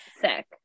Sick